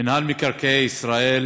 מינהל מקרקעי ישראל